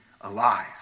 alive